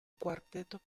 quartetto